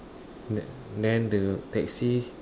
th~ then the taxi